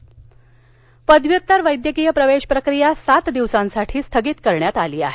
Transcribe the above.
वैद्यकीय प्रवेश मंबई पदव्युत्तर वैद्यकिय प्रवेश प्रक्रिया सात दिवसांसाठी स्थगित करण्यात आली आहे